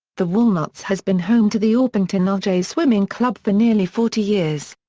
the walnuts has been home to the orpington ojays swimming club for nearly forty years.